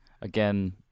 Again